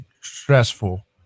stressful